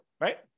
right